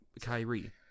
Kyrie